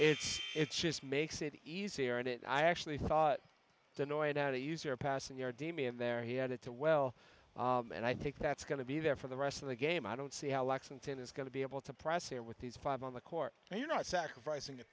four it just makes it easier and it i actually thought the noid out easier passing your demian there he had it to well and i think that's going to be there for the rest of the game i don't see how lexington is going to be able to press here with these five on the court and you're not sacrificing